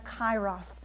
kairos